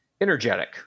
energetic